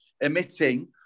emitting